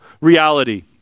reality